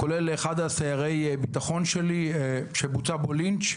כולל אחד מסיירי הביטחון שלי שבוצע בו לינץ',